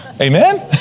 Amen